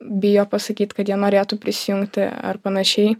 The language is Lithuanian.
bijo pasakyt kad jie norėtų prisijungti ar panašiai